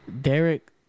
Derek